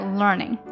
learning